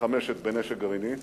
מתחמשת בנשק גרעיני,